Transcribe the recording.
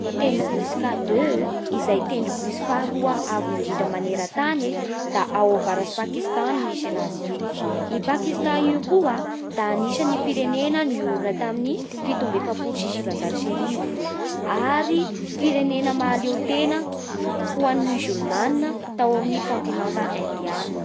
Ny tentrombohits'i K Deux izay tendrombohitsy faharoa avo indrindra maneran-tany e da ao avarats'i Pakistan agny no misy anazy io. I Pakistan io koa da anisan'ny firenena nihorina tamin'ny fito amby efapolo sy sivanjato sy arivo ary firenena mahaleo tena ho an'ny Musulman tao amin'ny kaontinanta indiana.